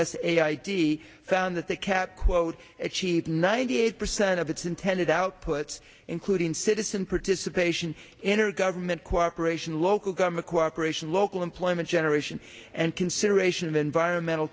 us a id found that the cat quote achieved ninety eight percent of its intended output including citizen participation in or government cooperation local government cooperation local employment generation and consideration of environmental